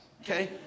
okay